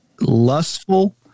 lustful